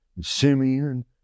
Simeon